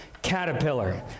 Caterpillar